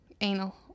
anal